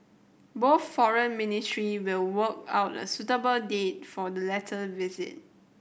both Foreign Ministry will work out a suitable date for the latter visit